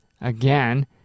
again